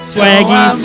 Swaggy